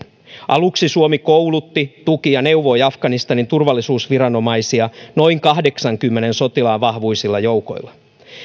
aluksi suomi koulutti tuki ja neuvoi afganistanin turvallisuusviranomaisia noin kahdeksaankymmeneen sotilaan vahvuisilla joukoilla